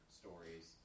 stories